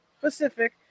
Pacific